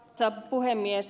arvoisa puhemies